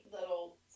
little